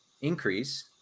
increase